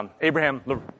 Abraham